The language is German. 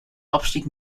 abstieg